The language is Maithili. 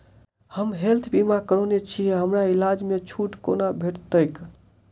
हम हेल्थ बीमा करौने छीयै हमरा इलाज मे छुट कोना भेटतैक?